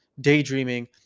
daydreaming